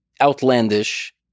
outlandish